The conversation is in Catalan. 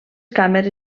càmeres